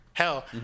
hell